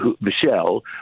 Michelle